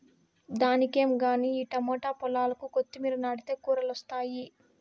దానికేం గానీ ఈ టమోట, పాలాకు, కొత్తిమీర నాటితే కూరలొస్తాయి